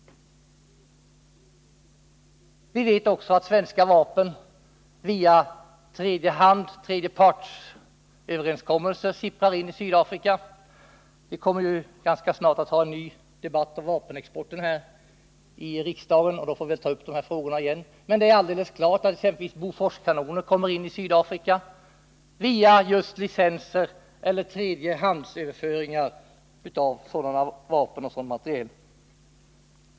Vi vet också att svenska vapen via tredjepartsöverenskommelser sipprar in i Sydafrika. Vi kommer ganska snart att ha en ny debatt om vapenexporten i riksdagen, och då får vi ta upp dessa frågor igen. Det är alldeles klart att exempelvis Boforskanoner kommer in i Sydafrika via just licenser eller tredjehandsöverföringar av sådana vapen och sådan materiel.